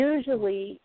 Usually